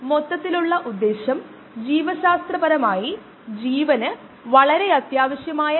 നമ്മൾ അവ കണ്ടിട്ടുണ്ടെന്ന് ഞാൻ പ്രതീക്ഷിക്കുന്നു അവ രസകരമായ വീഡിയോകളാണ്